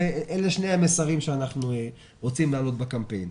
אלה שני המסרים שאנחנו רוצים להעלות בקמפיין.